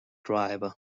driver